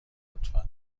لطفا